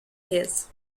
his